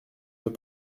veux